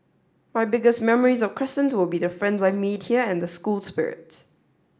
my biggest memories of Crescent will be the friends I've made here and the school spirit